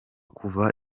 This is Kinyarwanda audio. kuva